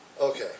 okay